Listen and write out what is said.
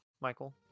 Michael